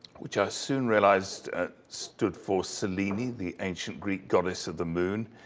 which i soon realized stood for selene, the the ancient greek goddess of the moon,